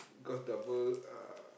cost double uh